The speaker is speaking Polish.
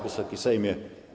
Wysoki Sejmie!